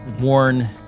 worn